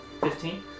Fifteen